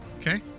Okay